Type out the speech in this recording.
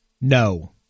No